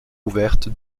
ouverte